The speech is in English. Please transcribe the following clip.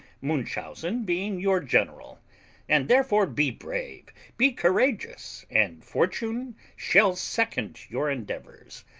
munchausen being your general and therefore be brave, be courageous, and fortune shall second your endeavours.